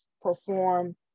perform